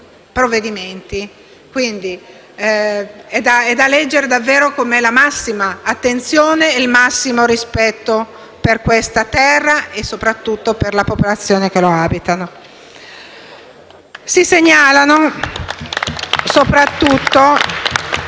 quindi è da leggere davvero con la massima attenzione e il massimo rispetto per questa terra e, soprattutto, per la popolazione che la abita. *(Applausi dal